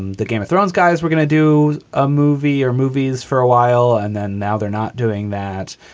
the game of thrones, guys, we're gonna do a movie or movies for a while and then now they're not doing that.